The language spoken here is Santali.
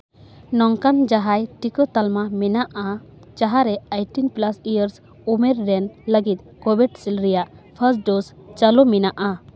ᱱᱚᱝᱠᱟᱱ ᱡᱟᱦᱟᱸᱭ ᱴᱤᱠᱟᱹ ᱛᱟᱞᱢᱟ ᱢᱮᱱᱟᱜᱼᱟ ᱡᱟᱦᱟᱸ ᱨᱮ ᱮᱭᱤᱴᱴᱤᱱ ᱯᱞᱟᱥ ᱤᱭᱟᱨᱥ ᱩᱢᱮᱹᱨ ᱨᱮᱱ ᱞᱟᱹᱜᱤᱫ ᱠᱳᱵᱷᱤᱰᱥᱤᱞᱰ ᱨᱮᱭᱟᱜ ᱯᱷᱟᱥᱴ ᱰᱳᱥ ᱪᱟᱹᱞᱩ ᱢᱮᱱᱟᱜᱼᱟ